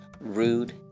rude